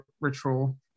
ritual